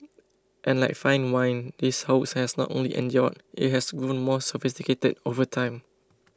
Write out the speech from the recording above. and like fine wine this hoax has not only endured it has grown more sophisticated over time